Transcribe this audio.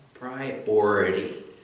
priority